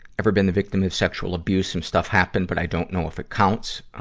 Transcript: ever been the victim of sexual abuse? some stuff happened, but i don't know if it counts.